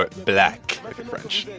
but blehck in french.